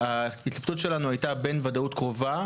ההתלבטות שלנו היתה בין ודאות קרובה,